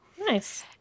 Nice